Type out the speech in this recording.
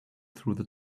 through